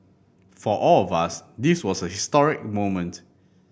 for all of us this was a historic moment